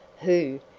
who,